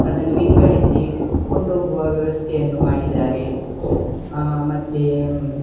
ಅದನ್ನು ವಿಂಗಡಿಸಿ ಕೊಂಡೋಗುವ ವ್ಯವಸ್ಥೆಯನ್ನು ಮಾಡಿದ್ದಾರೆ ಮತ್ತು